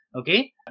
okay